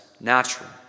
natural